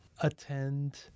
attend